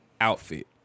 Outfit